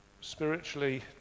spiritually